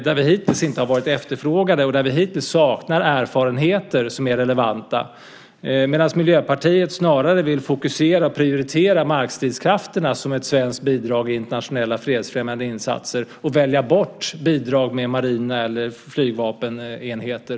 Där har vi hittills inte varit efterfrågade, och där saknar vi relevanta erfarenheter. Miljöpartiet vill snarare fokusera och prioritera markstridskrafterna som ett svenskt bidrag till internationella fredsfrämjande insatser och välja bort bidrag med marina enheter eller flygvapenenheter.